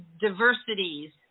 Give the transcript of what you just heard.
diversities